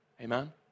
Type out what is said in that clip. amen